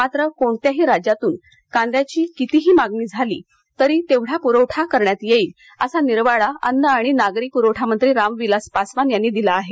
मात्र कोणत्याही राज्यातून कांद्याची कितीही मागणी झाली तरी तेवढा पुरवठा करण्यात येईल असा निर्वाळा अन्न आणि नागरी पुरवठा मंत्री रामविलास पासवान यांनी दिला आहे